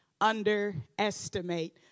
underestimate